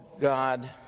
God